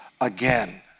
again